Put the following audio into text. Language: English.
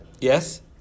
Yes